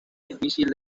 difícil